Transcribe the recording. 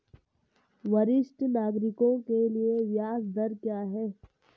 वरिष्ठ नागरिकों के लिए ब्याज दर क्या हैं?